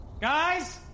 Guys